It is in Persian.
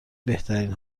بهترین